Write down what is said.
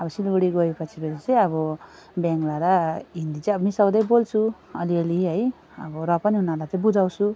अब सिलगढी गएपछि भनेपछि अब बङ्गला र हिन्दी चाहिँ अब मिसाउँदै बोल्छु अलिअलि है अब र पनि उनीहरूलाई चाहिँ बुझाउँछु